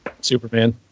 Superman